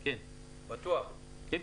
בבקשה.